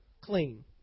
clean